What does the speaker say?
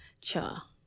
Cha